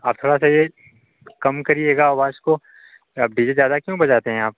आप थोड़ा सा ये कम करिएगा आवाज को आप डी जे ज़्यादा क्यों बजाते हैं आप